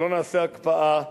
שלא נעשה הקפאה,